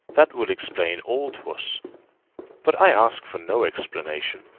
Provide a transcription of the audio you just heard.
that will explain all to us but i ask for no explanation,